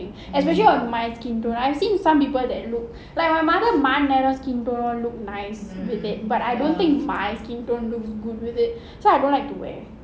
especially on my skin tone I've seen some people that look like my mother மாநிறம்:maaniram skin tone all look nice but I don't think my skin tone looks good with it so I don't like to wear